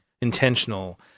intentional